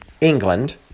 england